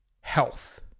health